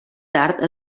tard